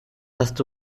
ahaztu